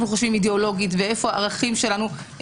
חושבים אידיאולוגית ואיפה הערכים שלנו.